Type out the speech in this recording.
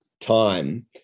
time